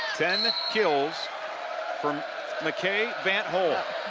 ten kills from ma van't hul.